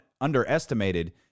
underestimated